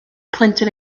plentyn